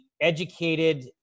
educated